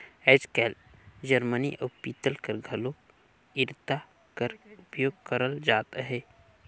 आएज काएल जरमनी अउ पीतल कर घलो इरता कर उपियोग करल जात अहे